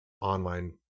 online